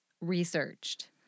researched